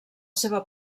seva